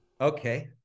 Okay